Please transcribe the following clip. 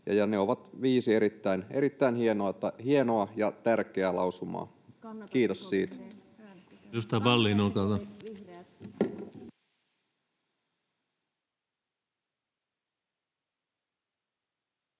Ne ovat viisi erittäin hienoa ja tärkeää lausumaa, [Sanna